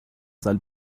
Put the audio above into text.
سال